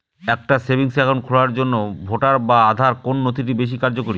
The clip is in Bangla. একটা সেভিংস অ্যাকাউন্ট খোলার জন্য ভোটার বা আধার কোন নথিটি বেশী কার্যকরী?